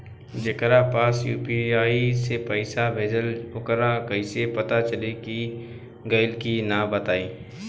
जेकरा पास यू.पी.आई से पईसा भेजब वोकरा कईसे पता चली कि गइल की ना बताई?